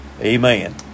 Amen